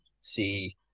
see